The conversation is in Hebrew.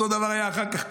אותו הדבר היה אחר כך.